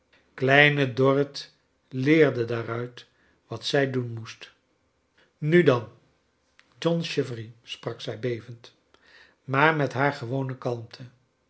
kleine dorrit leerde daaruit wat zij doen moest nu dan john chivery sprak zij be vend maar met haar gewone kalmte